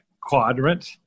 quadrant